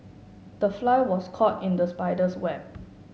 the fly was caught in the spider's web